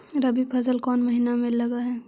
रबी फसल कोन महिना में लग है?